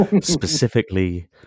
specifically